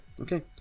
okay